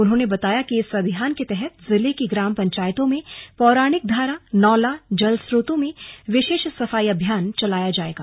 उन्होंने बताया कि इस अभियान के तहत जिले की ग्राम पंचायतों में पौराणिक धारा नौला जल स्रोतों में विशेष सफाई अभियान चलाया जाएगा